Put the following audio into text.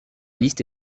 liste